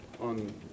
on